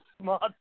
smart